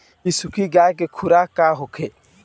बिसुखी गाय के खुराक का होखे?